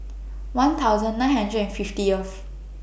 one thousand nine hundred and fiftieth